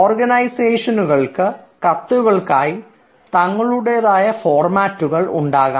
ഓർഗനൈസേഷനുകൾക്ക് കത്തുകൾക്കായി തങ്ങളുടേതായ ഫോർമാറ്റുകൾ ഉണ്ടാക്കാം